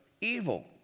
evil